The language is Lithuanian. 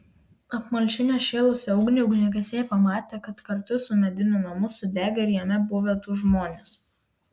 apmalšinę šėlusią ugnį ugniagesiai pamatė kad kartu su mediniu namu sudegė ir jame buvę du žmonės